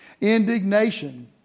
Indignation